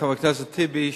חבר הכנסת טיבי.